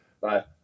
Bye